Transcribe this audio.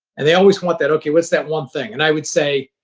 and they always want that, okay, what's that one thing. and i would say,